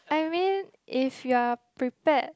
I mean if you're prepared